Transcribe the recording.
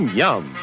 yum